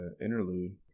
interlude